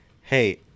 hey